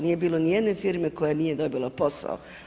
Nije bilo nijedne firme koja nije dobila posao.